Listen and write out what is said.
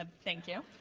ah thank you.